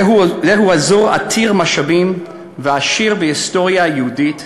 זהו אזור עתיר משאבים ועשיר בהיסטוריה היהודית.